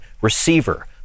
receiver